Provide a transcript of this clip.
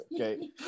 Okay